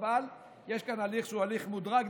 אבל יש כאן הליך שהוא הליך מודרג.